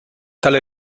tale